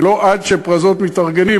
ולא עד ש"פרזות" מתארגנים,